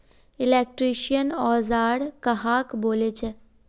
Electrician औजार कहाक बोले छे?